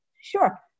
sure